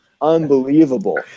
unbelievable